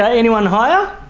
ah anyone higher?